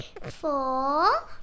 four